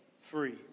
free